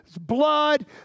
blood